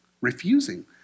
refusing